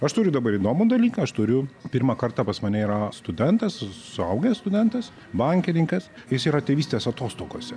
aš turiu dabar įdomų dalyką aš turiu pirmą kartą pas mane yra studentas suaugęs studentas bankininkas jis yra tėvystės atostogose